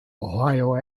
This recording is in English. ohio